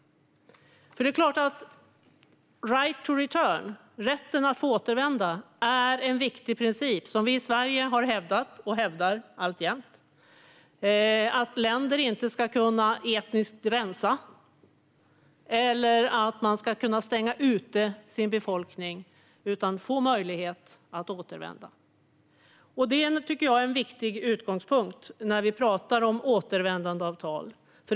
Right of return, rätten att få återvända, är en viktig princip som vi i Sverige har hävdat, och hävdar alltjämt. Länder ska inte kunna etniskt rensa eller stänga ute sin befolkning, utan den ska få möjlighet att återvända. Det är en viktig utgångspunkt när vi talar om återvändandeavtal.